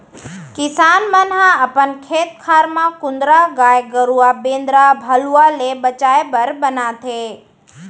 किसान मन ह अपन खेत खार म कुंदरा गाय गरूवा बेंदरा भलुवा ले बचाय बर बनाथे